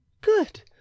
Good